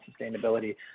sustainability